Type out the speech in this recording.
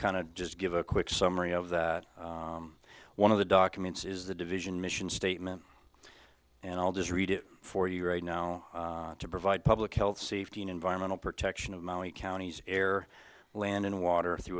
of just give a quick summary of the one of the documents is the division mission statement and i'll just read it for you right now to provide public health safety and environmental protection of maui counties air land and water